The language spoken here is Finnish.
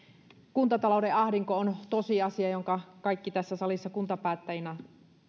kuntatalouden ahdinko on tosiasia jonka kaikki tässä salissa kuntapäättäjinä